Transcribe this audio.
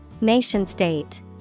Nation-state